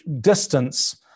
distance